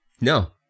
no